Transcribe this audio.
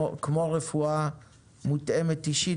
כמו רפואה מותאמת אישית,